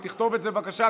ותכתוב את זה בבקשה,